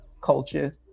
culture